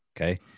okay